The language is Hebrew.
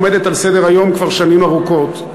עומדת על סדר-היום כבר שנים ארוכות.